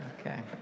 okay